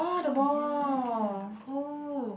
oh ya oh